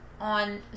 on